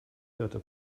vierte